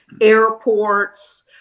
airports